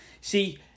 See